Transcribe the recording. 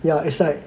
ya it's like